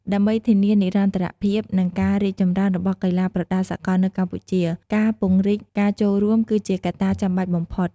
ដើម្បីធានានិរន្តរភាព និងការរីកចម្រើនរបស់កីឡាប្រដាល់សកលនៅកម្ពុជា ការពង្រីកការចូលរួមគឺជាកត្តាចាំបាច់បំផុត។